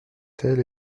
tel